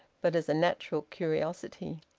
but as a natural curiosity.